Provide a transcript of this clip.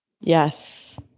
Yes